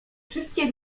wszystkie